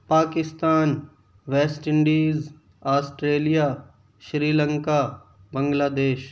Pakistan West Indies Australia Sri Lanka بنگلہ دیش